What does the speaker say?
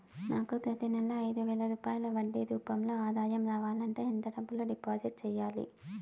నాకు ప్రతి నెల ఐదు వేల రూపాయలు వడ్డీ రూపం లో ఆదాయం రావాలంటే ఎంత డబ్బులు డిపాజిట్లు సెయ్యాలి?